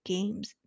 Games